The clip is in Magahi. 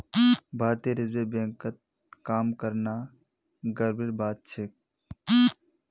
भारतीय रिजर्व बैंकत काम करना गर्वेर बात छेक